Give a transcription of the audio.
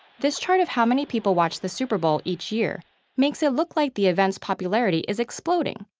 this chart of how many people watch the super bowl each year makes it look like the event's popularity is exploding.